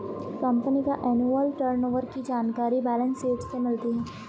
company का annual turnover की जानकारी बैलेंस शीट से मिलती है